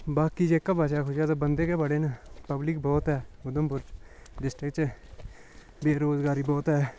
बाकी जेह्का बचेआ खुचेआ ते बंदे गै बड़े न पब्लिक बोह्त ऐ उधमपुर डिस्टिक च बेरोज़गारी बोह्त ऐ